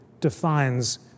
defines